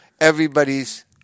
Everybody's